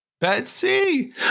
Betsy